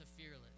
fearless